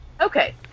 Okay